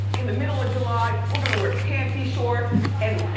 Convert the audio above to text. in the middle of july, we're gonna wear panty shorts and